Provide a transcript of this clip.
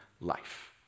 life